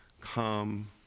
Come